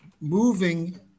moving